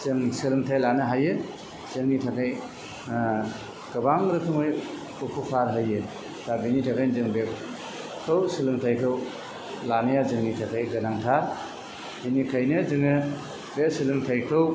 जों सोलोंथाइ लानो हायो जोंनि थाखाय गोबां रोखोमै उफुकार होयो दा बिनि थाखायनो जों बेखौ सोलोंथाइखौ लानाया जोंनि थाखाय गोनांथार बिनिखायनो जोङो बे सोलोंथाइखौ